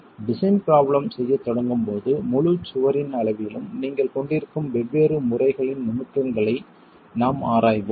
design problem செய்யத் தொடங்கும்போது முழுச் சுவரின் அளவிலும் நீங்கள் கொண்டிருக்கும் வெவ்வேறு முறைகளின் நுணுக்கங்களை நாம் ஆராய்வோம்